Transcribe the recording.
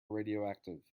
radioactive